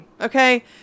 Okay